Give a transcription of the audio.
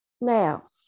Now